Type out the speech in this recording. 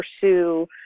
pursue